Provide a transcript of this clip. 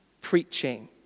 preaching